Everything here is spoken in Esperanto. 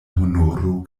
honoro